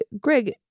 Greg